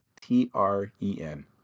T-R-E-N